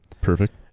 Perfect